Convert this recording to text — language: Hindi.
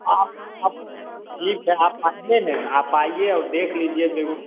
हाँ आप ठीक है आप आइए न आप आइए और देख लीजिए बेगु